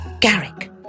Garrick